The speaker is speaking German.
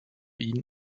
ihn